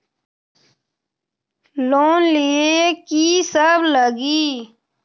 Loan लिए की सब लगी?